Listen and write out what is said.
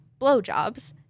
blowjobs